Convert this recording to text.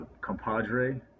compadre